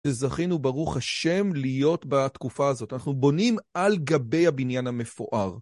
שזכינו, ברוך השם, להיות בתקופה הזאת. אנחנו בונים על גבי הבניין המפואר.